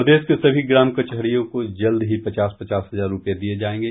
प्रदेश के सभी ग्राम कचहरियों को जल्द ही पचास पचास हजार रूपये दिये जायेंगे